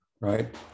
right